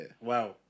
Wow